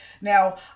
Now